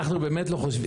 אנחנו באמת לא חושבים,